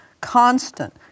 constant